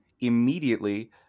immediately